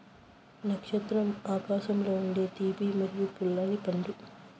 నక్షత్రం ఆకారంలో ఉండే తీపి మరియు పుల్లని పండు